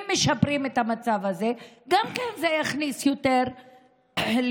אם משפרים את המצב הזה גם זה יכניס יותר לקופת